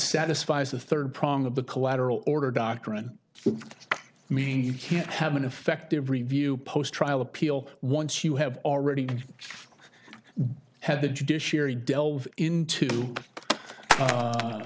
satisfies the third prong of the collateral order doctrine i mean you can't have an effective review post trial appeal once you have already had the judiciary delve into a